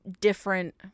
different